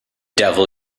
devil